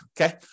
okay